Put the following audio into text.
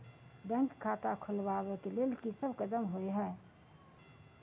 Bank खाता खोलबाबै केँ लेल की सब कदम होइ हय?